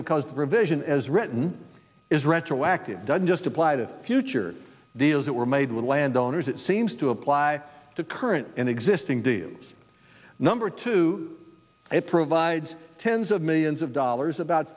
because the provision as written is retroactive doesn't just apply to future deals that were made with landowners it seems to apply to current and existing dealers number two it provides tens of millions of dollars about